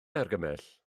argymell